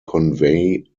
convey